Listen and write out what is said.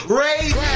raise